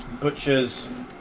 Butchers